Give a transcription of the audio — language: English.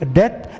death